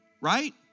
right